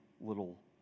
little